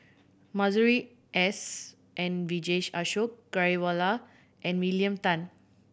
Masuri S N Vijesh Ashok Ghariwala and William Tan